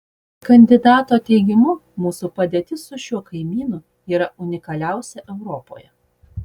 kandidato teigimu mūsų padėtis su šiuo kaimynu yra unikaliausia europoje